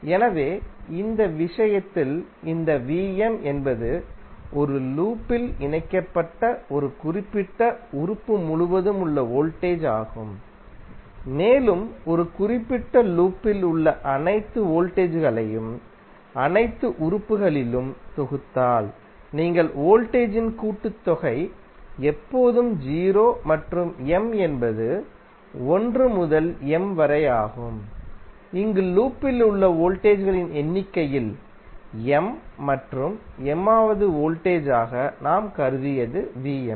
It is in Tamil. எனவே இந்த விஷயத்தில் இந்த Vmஎன்பது ஒரு லூப்பில் இணைக்கப்பட்ட ஒரு குறிப்பிட்ட உறுப்பு முழுவதும் உள்ள வோல்டேஜ் ஆகும் மேலும் ஒரு குறிப்பிட்ட லூப்பில் உள்ள அனைத்து வோல்டேஜ் களையும் அனைத்து உறுப்புகளிலும் தொகுத்தால் நீங்கள் வோல்டேஜ் இன் கூட்டுத்தொகை எப்போதும் 0 மற்றும் m என்பது 1 முதல் M வரை ஆகும் இங்கு லூப்பில் உள்ள வோல்டேஜ் களின் எண்ணிக்கையில் M மற்றும்mவதுவோல்டேஜ் ஆகநாம் கருதியதுVm